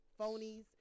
phonies